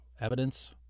Evidence